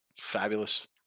Fabulous